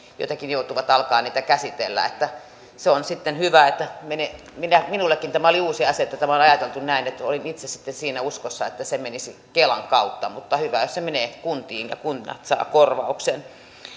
jotenkin joutuvat alkamaan niitä käsitellä se on sitten hyvä minullekin tämä oli uusi asia että tämä on ajateltu näin olin itse siinä uskossa että se menisi kelan kautta mutta hyvä jos se menee kuntiin ja kunnat saavat korvauksen